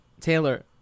Taylor